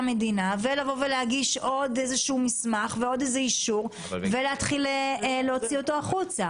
מדינה ולהגיש עוד איזשהו מסמך ועוד איזשהו אישור ולהוציא אותו החוצה.